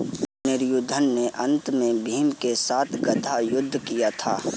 दुर्योधन ने अन्त में भीम के साथ गदा युद्ध किया था